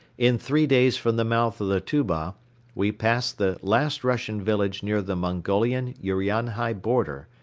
in three days from the mouth of the tuba we passed the last russian village near the mongolian-urianhai border,